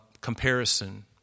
comparison